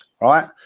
right